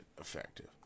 effective